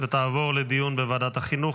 ותעבור לדיון בוועדת החינוך,